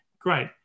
Great